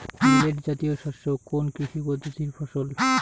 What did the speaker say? Millet জাতীয় শস্য কোন কৃষি পদ্ধতির ফসল?